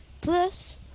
plus